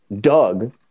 Doug